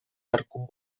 arku